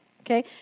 Okay